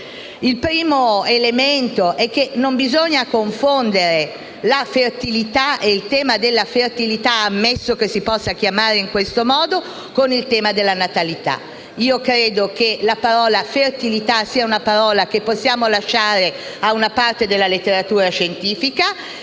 il primo elemento è che non bisogna confondere il tema della fertilità, ammesso che si possa chiamare in questo modo, con quello della natalità. Credo che la parola «fertilità» si possa lasciare a una parte della letteratura scientifica